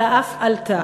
אלא אף עלתה.